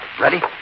Ready